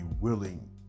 willing